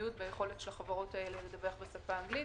ושוויוניות ביכולת של החברות האלה לדווח בשפה האנגלית.